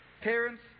parents